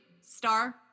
star